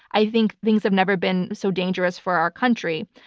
i think things have never been so dangerous for our country.